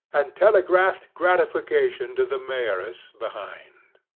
and telegraphed gratification to the mayoress behind.